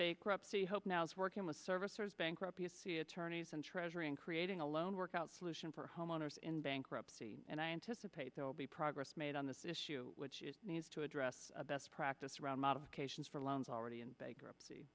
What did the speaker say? upsy hope now is working with servicers bankruptcy attorneys and treasury in creating a loan workout solution for homeowners in bankruptcy and i anticipate there will be progress made on this issue which is needs to address best practice around modifications for loans already in bankruptcy